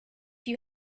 you